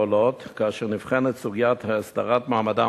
העולות כאשר נבחנת סוגיית הסדרת מעמדם